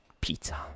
pizza